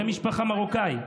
שם משפחה מרוקאי,